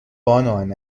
بانون